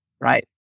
right